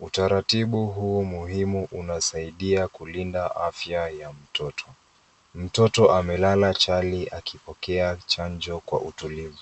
Utaratibu huu muhimu unasaidia kulinda afya ya mtoto. Mtoto amelala chali akipokea chanjo kwa utulivu.